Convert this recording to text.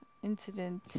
Incident